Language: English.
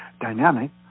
dynamic